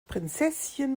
prinzesschen